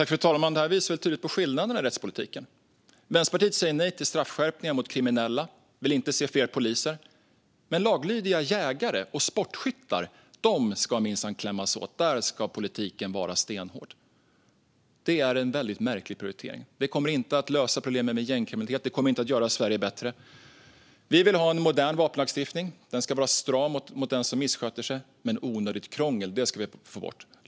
Fru talman! Detta visar tydligt på skillnaderna i rättspolitiken. Vänsterpartiet säger nej till straffskärpningar mot kriminella och vill inte se fler poliser. Men laglydiga jägare och sportskyttar ska minsann klämmas åt. Där ska politiken vara stenhård. Det är en mycket märklig prioritering. Det kommer inte att lösa problemen med gängkriminalitet, och det kommer inte att göra Sverige bättre. Vi vill ha en modern vapenlagstiftning. Den ska vara stram mot den som missköter sig. Men onödigt krångel ska vi få bort.